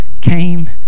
came